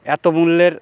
এতো মূল্যের